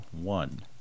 one